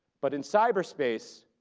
but in cyberspace,